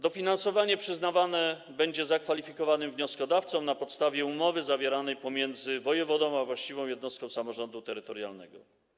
Dofinansowanie przyznawane będzie zakwalifikowanym wnioskodawcom na podstawie umowy zawieranej pomiędzy wojewodą a właściwą jednostką samorządu terytorialnego.